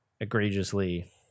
egregiously